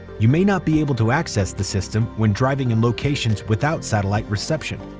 you may not be able to access the system, when driving in locations without satellite reception.